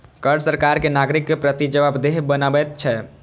कर सरकार कें नागरिक के प्रति जवाबदेह बनबैत छै